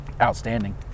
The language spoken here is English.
outstanding